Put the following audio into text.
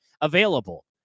available